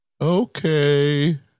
Okay